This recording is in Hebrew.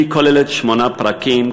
היא כוללת שמונה פרקים,